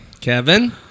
Kevin